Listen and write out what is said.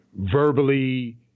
verbally